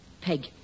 Peg